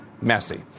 messy